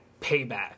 Payback